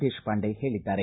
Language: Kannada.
ದೇಶಪಾಂಡೆ ಹೇಳಿದ್ದಾರೆ